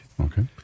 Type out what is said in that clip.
Okay